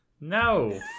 No